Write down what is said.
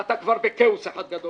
אתה כבר בכאוס אחד גדול,